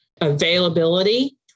Availability